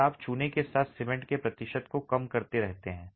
और आप चूने के साथ सीमेंट के प्रतिशत को कम करते रहते हैं